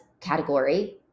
category